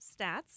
stats